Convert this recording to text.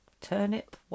turnip